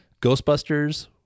Ghostbusters